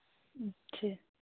अच्छे